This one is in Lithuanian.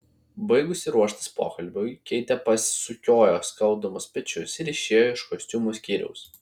baigusi ruoštis pokalbiui keitė pasukiojo skaudamus pečius ir išėjo iš kostiumų skyriaus